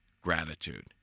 gratitude